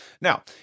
now